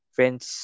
Friends